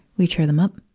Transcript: we cheer them up.